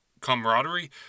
camaraderie